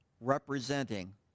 representing